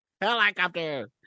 Helicopter